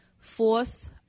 Fourth